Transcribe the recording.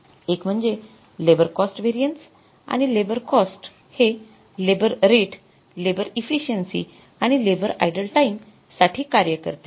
एक म्हणजे labour cost variance आणि लेबर कॉस्ट हे लेबर रेट लेबर इफिसिएन्सी आणि लेबर आइडल टाईम साठी कार्य करते